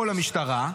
או למשטרה,